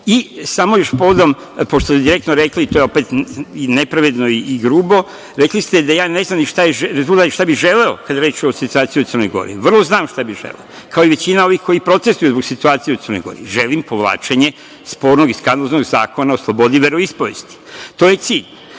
ovde. Samo još, pošto ste direktno rekli, to je opet i nepravedno i grubo, rekli da ja ne znam ni šta bih želeo, kada je reč o situaciji u Crnoj Gori. Vrlo znam šta bih želeo, kao i većina ovih koji protestuju zbog situacije u Crnoj Gori. Želim povlačenje spornog i skandaloznog Zakona o slobodi veroispovesti. To je cilj.